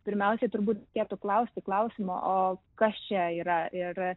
pirmiausiai turbūt reikėtų klausti klausimo o kas čia yra ir